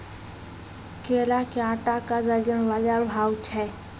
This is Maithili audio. केला के आटा का दर्जन बाजार भाव छ?